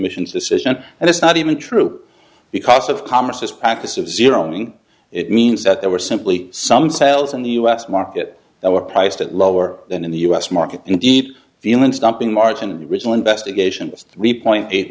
commission's decision and it's not even true because of commerce this practice of zeroing it means that there were simply some sales in the u s market that were priced at lower than in the u s market in deep feelings dumping margin original investigation was three point eight